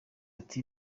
ati